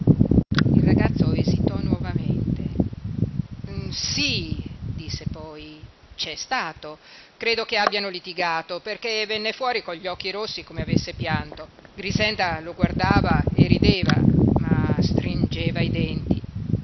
il ragazzo esitò nuovamente sí disse poi c'è stato credo che abbiano litigato perché venne fuori con gli occhi rossi come avesse pianto grixenda lo guardava e rideva ma stringeva i denti